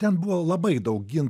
ten buvo labai daug gin